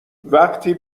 وقتی